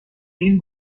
این